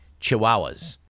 chihuahuas